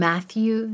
Matthew